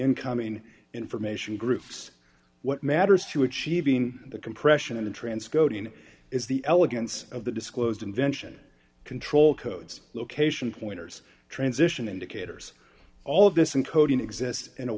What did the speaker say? incoming information groups what matters to achieving the compression and transcoding is the elegance of the disclosed invention control codes location pointers transition indicators all of this in coding exists in a